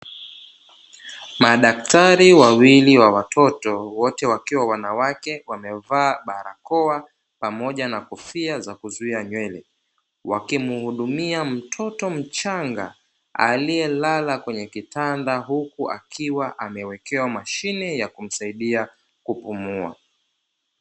Madaktari wawili wa watoto, wote wakiwa wanawake; wamevaa barakoa pamoja na kofia za kuzuia nywele, wakimuhudumia mtoto mchanga aliyelala kwenye kitanda, huku akiwa amewekewa mashine ya kumsaidia kupumua.